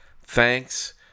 thanks